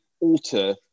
alter